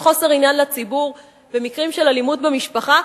יש חוסר עניין לציבור במקרים של אלימות במשפחה,